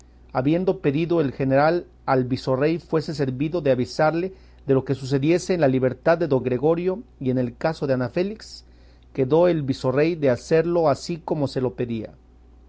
habiendo pedido el general al visorrey fuese servido de avisarle de lo que sucediese en la libertad de don gregorio y en el caso de ana félix quedó el visorrey de hacerlo así como se lo pedía